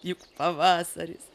juk pavasaris